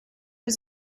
was